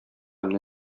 менә